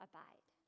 Abide